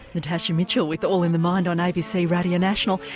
natasha mitchell with all in the mind on abc radio national.